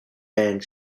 band